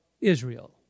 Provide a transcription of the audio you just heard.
Israel